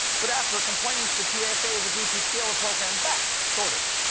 but after complaints, the t s a. has agreed to scale the program back. sort of.